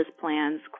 plans